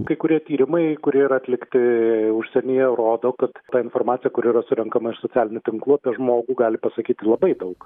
kai kurie tyrimai kurie yra atlikti užsienyje rodo kad ta informacija kuri yra surenkama iš socialinių tinklų apie žmogų gali pasakyti labai daug